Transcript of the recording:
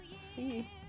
see